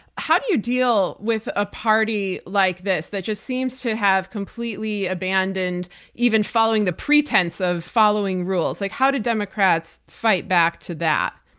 how do you deal with a party like this that just seems to have completely abandoned even following the pretense of following rules? like, how do democrats fight back to that?